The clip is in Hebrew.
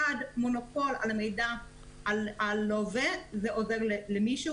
מונופול על המידע של לווה זה עובר למישהו,